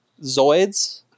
Zoids